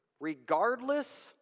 regardless